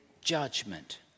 judgment